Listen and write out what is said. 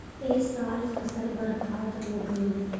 ए साल फसल बर्बाद हो गइल